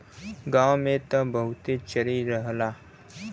गांव में त बहुते चरी रहला